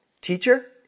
teacher